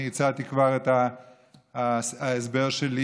אני הצעתי כבר את ההסבר שלי.